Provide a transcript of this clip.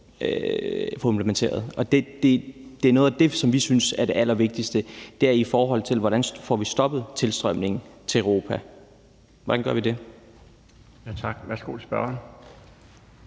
få implementeret, og noget af det, som vi synes er det allervigtigste, handler om, hvordan vi får stoppet tilstrømningen til Europa. Hvordan gør vi det? Kl. 17:25 Den fg.